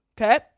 Okay